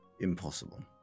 impossible